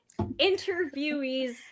interviewees